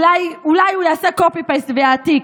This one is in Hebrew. אולי הוא יעשה קופי-פייסט ויעתיק.